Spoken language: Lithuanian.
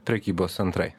prekybos centrai